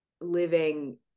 living